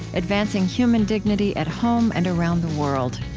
advancing human dignity at home and around the world.